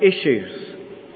issues